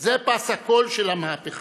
זה פס הקול של המהפכה.